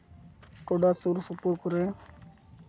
ᱴᱳᱰᱟ ᱥᱩᱨ ᱥᱩᱯᱩᱨ ᱠᱚᱨᱮ